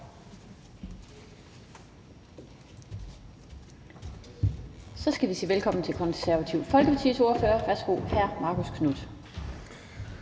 Så skal vi sige velkommen til Det Konservative Folkepartis ordfører. Værsgo, hr. Marcus Knuth.